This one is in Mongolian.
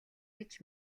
гэж